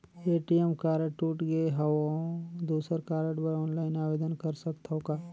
ATM card टूट गे हववं दुसर कारड बर ऑनलाइन आवेदन कर सकथव का?